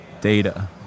data